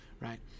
right